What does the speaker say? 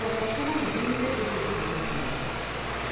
traspasaba los limites de sus pretenciones